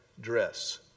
dress